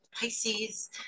Pisces